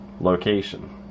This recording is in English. location